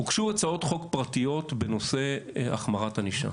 הוגשו הצעות חוק פרטיות בנושא החמרת ענישה,